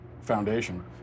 foundation